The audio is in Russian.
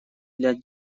для